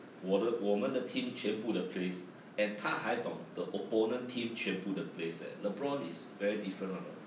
我的我们的 team 全部的 plays and 他还懂 the opponent team 全部 the plays leh lebron is very different [one] know